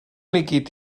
líquid